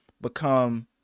become